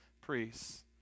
priests